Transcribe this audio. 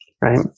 Right